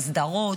בסדרות,